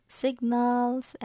signals